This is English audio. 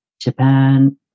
Japan